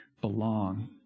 belong